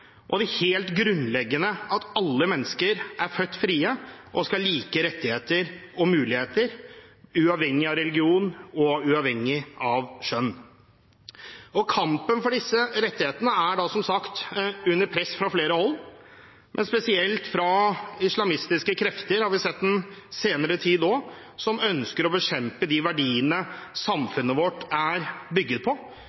og det helt grunnleggende: at alle mennesker er født frie og skal ha like rettigheter og muligheter uavhengig av religion og uavhengig av kjønn. Kampen for disse rettighetene er som sagt under press fra flere hold, men spesielt fra islamistiske krefter, det har vi sett den senere tid også, som ønsker å bekjempe de verdiene samfunnet vårt er bygget på.